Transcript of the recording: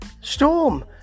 Storm